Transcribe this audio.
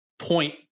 point